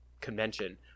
convention